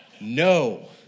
No